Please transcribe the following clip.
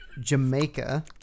Jamaica